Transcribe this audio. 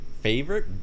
favorite